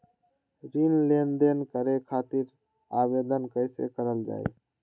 ऋण लेनदेन करे खातीर आवेदन कइसे करल जाई?